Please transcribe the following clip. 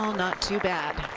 um not too bad.